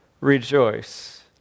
Rejoice